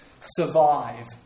survive